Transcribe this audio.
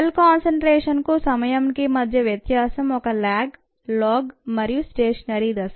cell concentration కు సమయానికి మధ్య వ్యత్యాసం ఒక ల్యాగ్ లోగ్ మరియు స్టేషనరీ దశ